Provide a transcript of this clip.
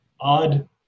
odd